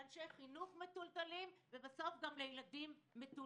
לאנשי חינוך מטולטלים ובסוף גם לילדים מטולטלים.